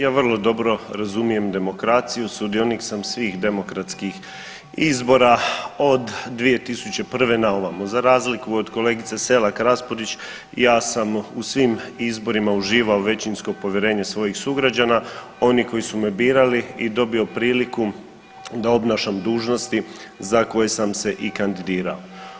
Ja vrlo dobro razumijem demokraciju, sudionik sam svih demokratskih izbora od 2001. na ovamo, za razliku od kolegice SElak Raspudić ja sam u svim izborima uživao većinsko povjerenje svojih sugrađana, oni koji su me birali i dobio priliku da obnašam dužnosti za koje sam se i kandidirao.